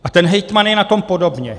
A ten hejtman je na tom podobně.